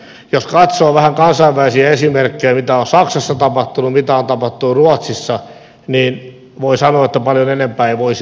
jos katsoo vähän kansainvälisiä esimerkkejä mitä on saksassa tapahtunut mitä on tapahtunut ruotsissa niin voi sanoa että paljon enempää ei voisi olla väärässä